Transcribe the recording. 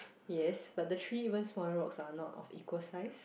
yes but the three even smaller rocks are not of equal size